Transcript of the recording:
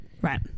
right